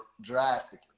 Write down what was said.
drastically